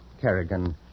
Kerrigan